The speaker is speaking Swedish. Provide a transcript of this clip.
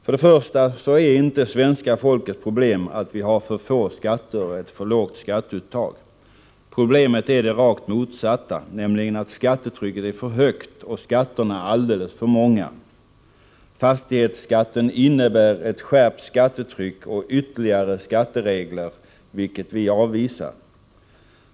För det första är inte svenska folkets problem att vi har för få skatter och ett för lågt skatteuttag. Problemet är det rakt motsatta, nämligen att skattetrycket är för högt och skatterna alldeles för många. Fastighetsskatten innebär ett skärpt skattetryck och ytterligare skatteregler, vilket vi avvisar.